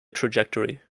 trajectory